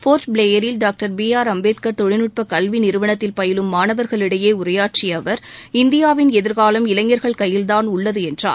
போர்ட்பிளேயரில் doctor B R Ambedkar தொழில்நுட்பக் கல்வி நிறுவனத்தில் பயிலும் மாணவர்களிடையே உரையாற்றிய அவர் இந்தியாவின் எதிர்காலம் இளைஞர்கள் கையில்தான் உள்ளது என்றார்